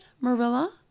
Marilla